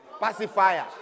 Pacifier